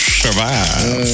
survive